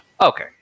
Okay